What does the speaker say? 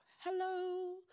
hello